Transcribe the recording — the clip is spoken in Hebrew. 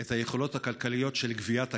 את היכולות הכלכליות לגביית הכסף,